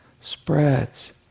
spreads